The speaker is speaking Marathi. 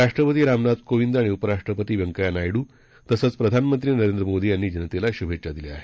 राष्ट्रपती रामनाथ कोविंद आणि उपराष्ट्रपती वैंकय्या नायडू तसंच प्रधानमंत्री नरेंद्र मोदी यांनी जनतेला शुभेच्छा दिल्या आहेत